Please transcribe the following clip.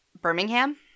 Birmingham